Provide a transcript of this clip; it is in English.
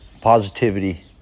positivity